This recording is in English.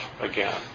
again